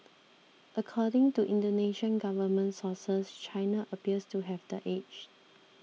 according to Indonesian government sources China appears to have the edge